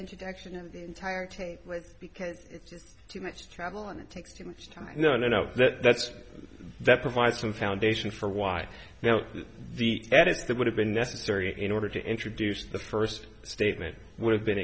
introduction of entire tape because it's too much travel and it takes too much time no no no that's that provide some foundation for why the edits that would have been necessary in order to introduce the first statement would have been